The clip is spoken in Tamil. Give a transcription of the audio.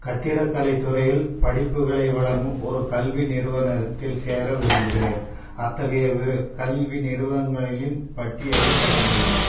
கட்டிடக்கலைத் துறையில் படிப்புகளை வழங்கும் ஒரு கல்வி நிறுவனத்தில் சேர விரும்புகிறேன் அத்தகைய விரு கல்வி நிறுவனங்களின் பட்டியலைப் பெற முடியுமா